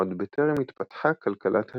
עוד בטרם התפתחה כלכלת השוק.